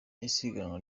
isiganwa